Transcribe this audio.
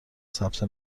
ثبت